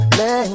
let